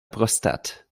prostate